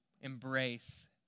embrace